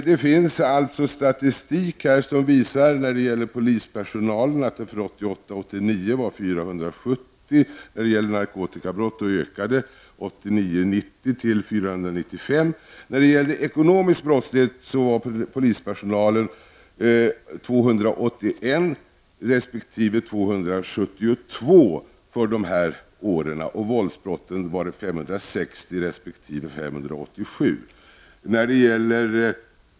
Det finns statistik som visar att antalet poliser som arbetade med narkotikabrott 1988 90 hade ökat till 495.